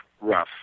rough